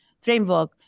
framework